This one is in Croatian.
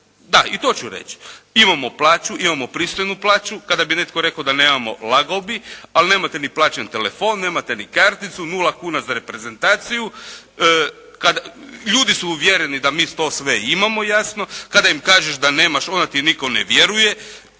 da, i to ću reći. Imamo plaću, imamo pristojnu plaću. Kada bi netko rekao da nemamo lagao bi. Ali nemate ni plaćeni telefon, nemate ni karticu, 0 kuna za reprezentaciju. Ljudi su uvjereni da mi to sve imamo jasno. Kada im kažeš da nemaš onda ti nitko ne vjeruje.